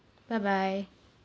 bye bye